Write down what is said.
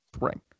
ring